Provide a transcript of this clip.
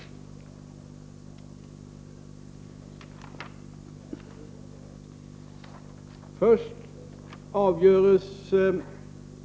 Överläggningen var härmed avslutad.